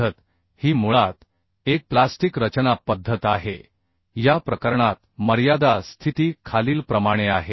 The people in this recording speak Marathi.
पद्धत ही मुळात एक प्लास्टिक रचना पद्धत आहे या प्रकरणात मर्यादा स्थिती खालीलप्रमाणे आहे